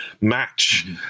match